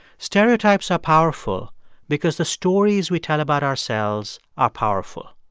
stereotypes are powerful because the stories we tell about ourselves are powerful.